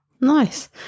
nice